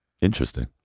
Interesting